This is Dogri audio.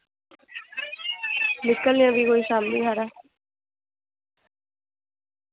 निकलने आं फ्ही कोई शामीं हारे